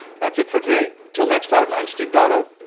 that's it for today. till next time, i'm steve dotto.